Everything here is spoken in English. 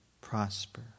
prosper